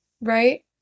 right